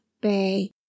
Bay